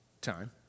time